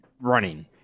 running